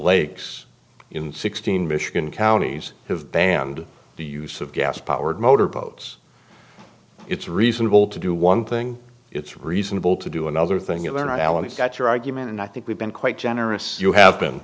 lakes in sixteen michigan counties have banned the use of gas powered motor boats it's reasonable to do one thing it's reasonable to do another thing you learn alan it's got your argument and i think we've been quite generous you ha